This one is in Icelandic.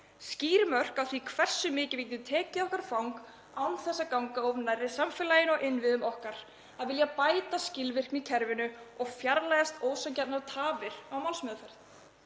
skýr mörk á því hversu mikið við getum tekið í okkar fang án þess að ganga of nærri samfélaginu og innviðum okkar, að vilja bæta skilvirkni í kerfinu og fjarlægjast ósanngjarnar tafir á málsmeðferð.